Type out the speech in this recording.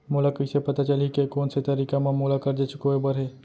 मोला कइसे पता चलही के कोन से तारीक म मोला करजा चुकोय बर हे?